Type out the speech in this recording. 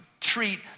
treat